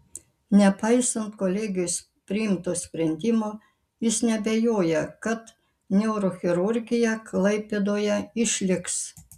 nepaisant kolegijos priimto sprendimo jis neabejoja kad neurochirurgija klaipėdoje išliks